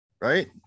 Right